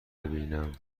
ببینم